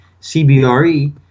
CBRE